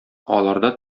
аларда